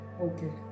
okay